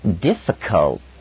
difficult